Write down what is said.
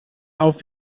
auf